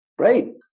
Great